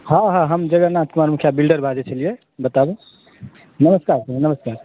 हॅं हॅं हम जगनाथ कुमार मुखिया बिल्डर बाजैत छलियै बाजू नमस्कार नमस्कार